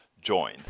join